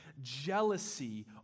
jealousy